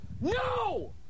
no